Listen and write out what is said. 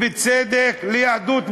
ובצדק, ליהדות בוכרה,